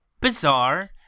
bizarre